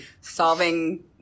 solving